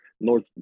North